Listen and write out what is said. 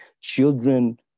Children